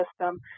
system